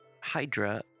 Hydra